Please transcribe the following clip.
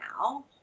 now